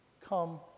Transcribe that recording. come